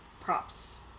props